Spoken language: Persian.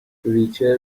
ریچل